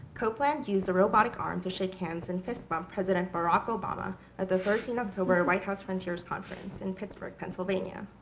copeland used a robotic arm to shake hands and fist bump president barack obama at the thirteen october white house frontiers conference in pittsburgh, pennsylvania.